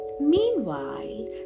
Meanwhile